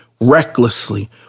recklessly